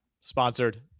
sponsored